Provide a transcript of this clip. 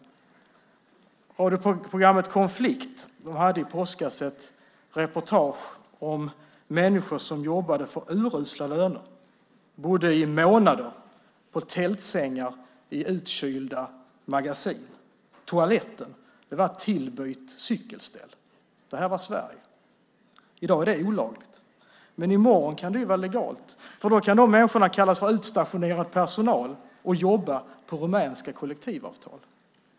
I radioprogrammet Konflikt var det i påskas ett reportage om människor som jobbade för urusla löner. De bodde i månader på tältsängar i utkylda magasin. Toaletten var ett tillbyggt cykelställ. Det här var Sverige. I dag är det olagligt, men i morgon kan det vara legalt. Då kan de människorna kallas för utstationerad personal och jobba på rumänska kollektivavtal.